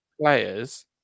players